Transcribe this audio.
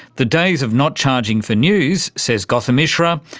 the days of not charging for news, says gautam mishra,